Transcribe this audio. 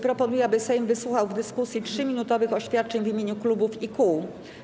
Proponuję, aby Sejm wysłuchał w dyskusji 3-minutowych oświadczeń w imieniu klubów i kół.